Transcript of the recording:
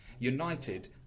United